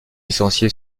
licencié